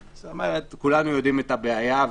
זאת אומרת כולנו יודעים את הבעיה,